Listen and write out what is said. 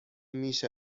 میشه